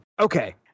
Okay